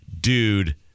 dude